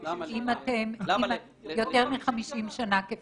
יותר מחמישים שנה.